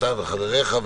אתה וחבריך,